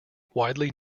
widely